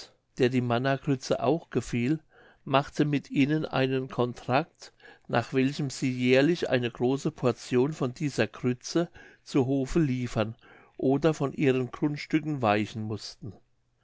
der die mannagrütze auch gefiel machte mit ihnen einen contract nach welchem sie jährlich eine große portion von dieser grütze zu hofe liefern oder von ihren grundstücken weichen mußten